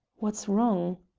what's wrong?